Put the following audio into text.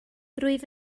rwyf